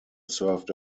served